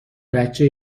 بچه